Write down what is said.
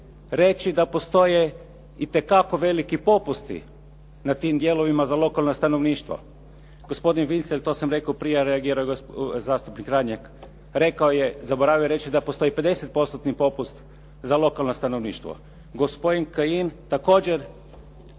reći da postoje itekako veliki popusti na tim dijelovima za lokalno stanovništvo. Gospodin Vincelj, to sam rekao prije, a reagirao je zastupnik … /Govornik se ne razumije./ … rekao je, zaboravio je reći da postoji 50%-tni popust za lokalno stanovništvo. Gospodin Kajin također